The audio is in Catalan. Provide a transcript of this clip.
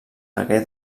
hagué